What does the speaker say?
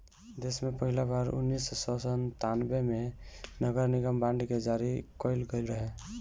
देस में पहिली बार उन्नीस सौ संतान्बे में नगरनिगम बांड के जारी कईल गईल रहे